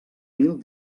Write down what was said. mil